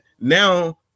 now